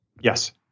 Yes